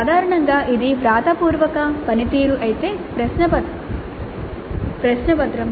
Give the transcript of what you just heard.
సాధారణంగా ఇది వ్రాతపూర్వక పనితీరు అయితే ప్రశ్నపత్రం